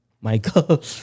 Michael